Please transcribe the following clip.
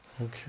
okay